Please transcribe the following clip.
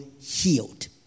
healed